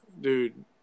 dude